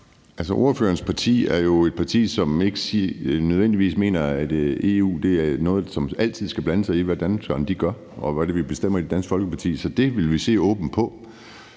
Ordførerens parti er jo et parti, som ikke nødvendigvis mener, at EU er noget, som altid skal blande sig i, hvad danskerne gør, og hvad det er vi bestemmer i det danske Folketing. Så det vil vi se åbent på.